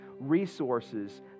resources